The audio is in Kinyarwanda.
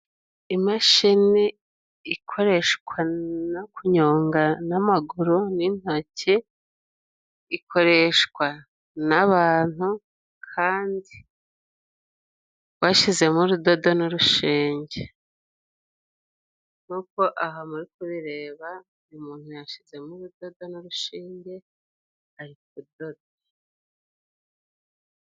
Imashini ikoreshwa no kunyonga n'amaguru n'intoke, ikoreshwa n'abantu kandi bashyizemo urudodo n'urushinge. Nk'uko aha muri kubireba, uyu muntu yashyizemo urudodo n'urushinge, ari kudoda.